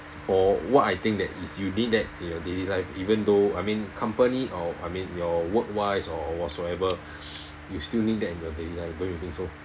for what I think that is you need that in your daily life even though I mean company or I mean your work wise or whatsoever you still need that in your daily life don't you think so